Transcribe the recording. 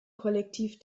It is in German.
kollektiv